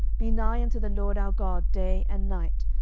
be nigh unto the lord our god day and night,